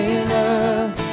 enough